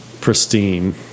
pristine